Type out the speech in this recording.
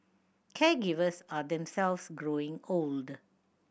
caregivers are themselves growing old